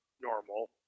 normal